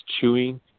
chewing